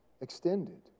extended